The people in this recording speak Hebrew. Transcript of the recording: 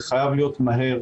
זה חייב להיות מהר.